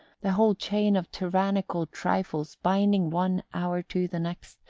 the whole chain of tyrannical trifles binding one hour to the next,